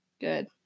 Good